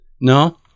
no